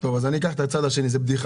זו בדיחה,